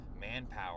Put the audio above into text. manpower